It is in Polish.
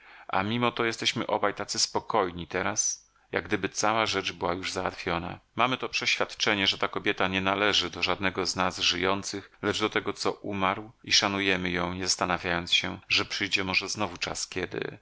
a mimo to jesteśmy obaj tacy spokojni teraz jak gdyby cała rzecz była już załatwiona mamy to przeświadczenie że ta kobieta nie należy do żadnego z nas żyjących lecz do tego co umarł i szanujemy ją nie zastanawiając się że przyjdzie może znowu czas kiedy